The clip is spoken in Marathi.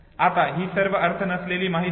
आता ही सर्व अर्थ नसलेली माहिती आहे